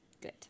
Good